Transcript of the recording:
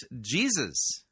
Jesus